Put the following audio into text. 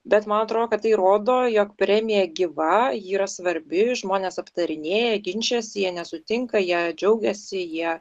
bet man atrodo kad tai rodo jog premija gyva ji yra svarbi žmonės aptarinėja ginčijasi jie nesutinka jei džiaugiasi jie